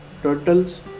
turtles